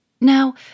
Now